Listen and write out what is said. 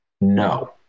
No